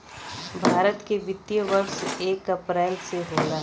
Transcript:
भारत के वित्तीय वर्ष एक अप्रैल से होला